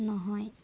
নহয়